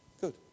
Good